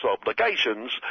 obligations